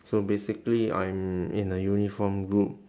so basically I'm in a uniformed group